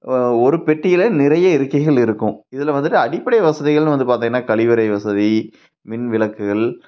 ஒரு பெட்டியில் நிறைய இருக்கைகள் இருக்கும் இதில் வந்துட்டு அடிப்படை வசதிகள்னு வந்து பார்த்திங்கன்னா கழிவறை வசதி மின் விளக்குகள்